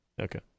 Okay